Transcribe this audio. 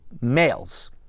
males